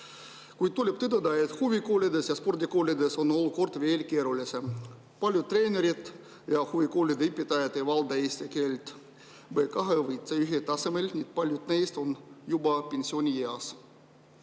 Kuid tuleb tõdeda, et huvikoolides ja spordikoolides on olukord veel keerulisem. Paljud treenerid ja huvikoolide õpetajad ei valda eesti keelt B2‑ või C1-tasemel ning paljud neist on juba pensionieas.